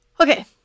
okay